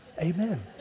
amen